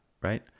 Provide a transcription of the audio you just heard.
right